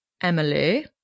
Emily